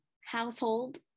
household